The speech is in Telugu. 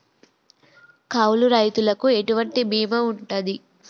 కౌలు రైతులకు ఎటువంటి బీమా ఉంటది?